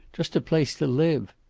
just a place to live.